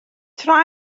tra